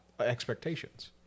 expectations